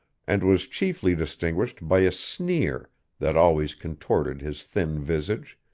and was chiefly distinguished by a sneer that always contorted his thin visage,